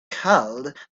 called